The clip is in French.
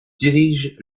dirige